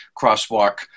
crosswalk